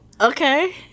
Okay